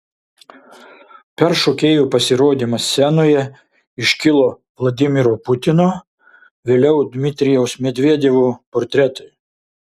per šokėjų pasirodymą scenoje iškilo vladimiro putino vėliau dmitrijaus medvedevo portretai